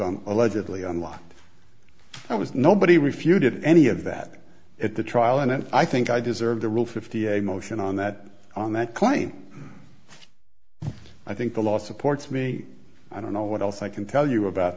on allegedly unlocked i was nobody refuted any of that at the trial and i think i deserve the real fifty a motion on that on that point i think the law supports me i don't know what else i can tell you about